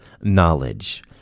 knowledge